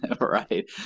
Right